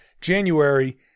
January